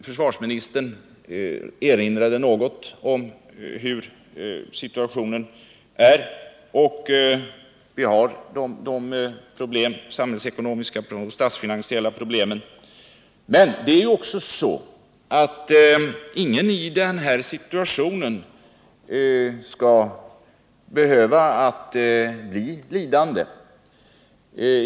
Försvarsministern erinrade något om hur situationen är. Vi har de samhällsekonomiska och statsfinansiella problemen. Men ingen skall i den här situationen behöva bli lidande.